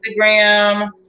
Instagram